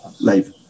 life